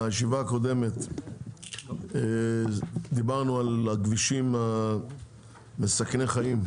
בישיבה הקודמת דיברנו על הכבישים מסכני החיים,